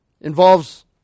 involves